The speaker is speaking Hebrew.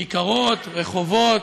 כיכרות, רחובות,